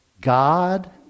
God